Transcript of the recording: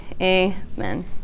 amen